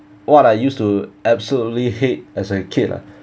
what I used to absolutely hate as a kid ah